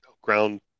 ground